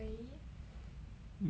!wow!